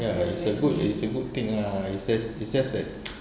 ya it's a good it's a good thing lah it's just it's just that